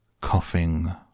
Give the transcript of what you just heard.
coughing